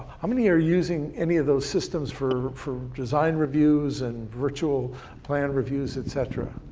how many are using any of those systems for for design reviews, and virtual plan reviews, et cetera?